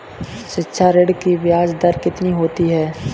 शिक्षा ऋण की ब्याज दर कितनी होती है?